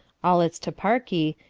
all its toparchy,